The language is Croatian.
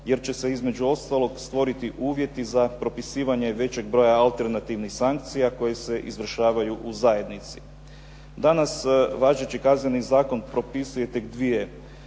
jer će se između ostalog stvoriti uvjeti za propisivanje većeg broja alternativnih sankcija koje se izvršavaju u zajednici. Danas važeći Kazneni zakon propisuje tek 2